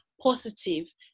positive